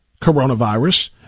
coronavirus